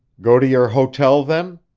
go to your hotel then?